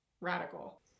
radical